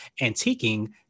antiquing